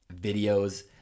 videos